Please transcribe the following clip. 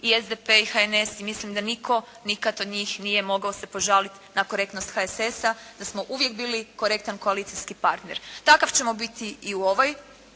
i SDP i HNS. I mislim da nitko nikad od njih nije mogao se požalit na korektnost HSS da smo uvijek bili korektan koalicijski partner. Takav ćemo biti i u ovoj